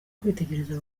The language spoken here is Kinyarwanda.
kwitegereza